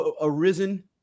arisen